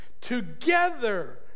Together